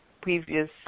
previous